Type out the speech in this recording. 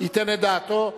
ייתן את דעתו.